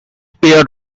pair